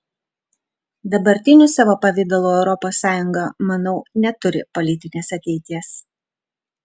dabartiniu savo pavidalu europos sąjunga manau neturi politinės ateities